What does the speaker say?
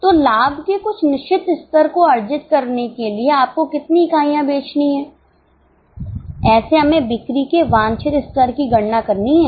तो लाभ के कुछ निश्चित स्तर को अर्जित करने के लिए आपको कितनी इकाइयां बेचनी हैं ऐसे हमें बिक्री के वांछित स्तर की गणना करनी है